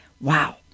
Wow